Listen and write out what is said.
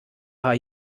paar